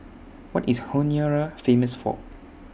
What IS Honiara Famous For